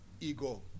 ego